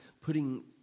putting